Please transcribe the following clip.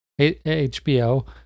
HBO